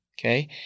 Okay